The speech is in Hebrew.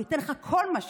הוא ייתן לך כל מה שתרצה.